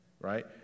Right